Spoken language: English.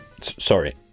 Sorry